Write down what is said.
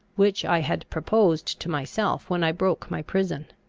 which i had proposed to myself when i broke my prison.